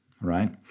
right